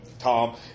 Tom